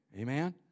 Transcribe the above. Amen